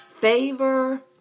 favor